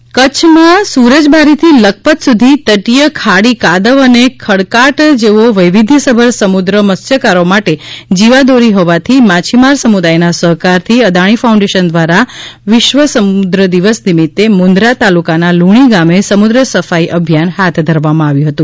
Adani foundation કચ્છમાં સૂરજબારીથી લખપત સૂધી તટીય ખાડી કાદવ અને ખડકાળ જેવો વૈવિધ્યસભર સમુદ્ર મત્સ્યકારો માટે જીવાદોરી હોવાથી માછીમાર સમુદાયના સહકારથી અદાણી ફાઉન્ડેશન દ્વારા વિશ્વ સમુદ્ર દિવસ નિમિત્તે મુંદરા તલુકાના લુણી ગામે સમુદ્ર સફાઈ અભિયાન હાથ ધરવામાં આવ્યું હતું